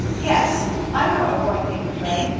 yes, i know a boy named ray.